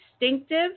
distinctive